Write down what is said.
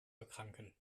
erkranken